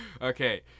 okay